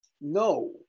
no